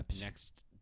next